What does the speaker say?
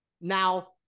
Now